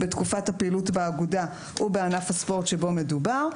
בתקופת הפעילות באגודה ובענף הספורט שבו מדובר,